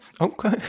okay